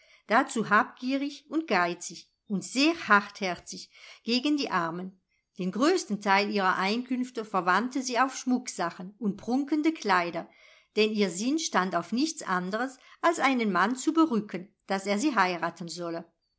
dazu habgierig und geizig und sehr hartherzig gegen die armen den größten teil ihrer einkünfte verwandte sie auf schmucksachen und prunkende kleider denn ihr sinn stand auf nichts anderes als einen mann zu berücken daß er sie heiraten solle